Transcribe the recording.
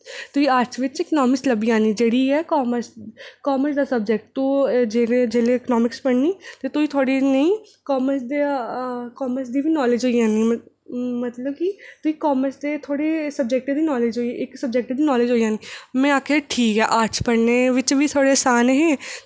कि तुगी ऑर्टस बिच लब्भी जानी इकनॉमिक्स जेह्ड़ी ऐ कॉमर्स बिच कॉमर्स दा सब्जैक्ट ते तू जेल्लै इकनॉमिक्स पढ़नी तुगी थोह्ड़ी नेहीं कॉमर्स दी बी नॉलेज़ होई जानी ते मतलब कि थोह्ड़े सब्जैक्ट दे थोह्ड़े नॉलेज़ होई जानी इक सब्जैक्ट दी नॉलेज़ होई जानी में आखेआ ठीक ऐ ते पढ़ने बिच बी थोह्ड़े आसान हे